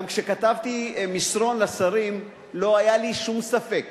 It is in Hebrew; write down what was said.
גם כשכתבתי מסרון לשרים לא היה לי שום ספק